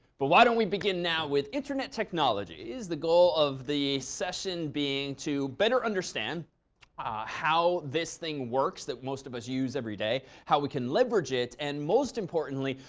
but why don't we begin now with internet technology. the goal of the session being to better understand how this thing works that most of us use every day, how we can leverage it, and most importantly,